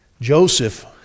Joseph